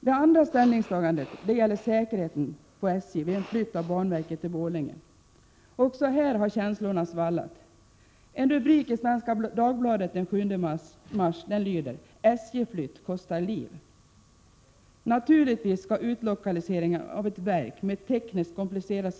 Det andra ställningstagandet gäller säkerheten på SJ vid en flytt av banverket till Borlänge. Känslorna har svallat även i denna fråga. En rubrik i Svenska Dagbladet den 7 mars lyder: SJ-flytt kostar liv. naturligtvis ske med omdöme. Att emellertid se Borlänge med dess allt Prot.